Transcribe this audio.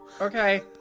Okay